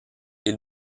ils